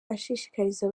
ashishikariza